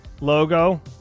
logo